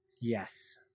yes